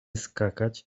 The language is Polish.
skakać